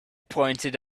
pointed